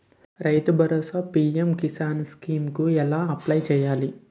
రైతు Bharosa PM Kisan scheme కు ఎలా అప్లయ్ చేయాలి?